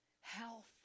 health